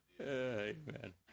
Amen